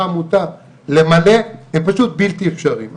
היום עמותה למלא הם פשוט בלתי אפשריים.